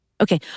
Okay